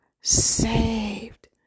saved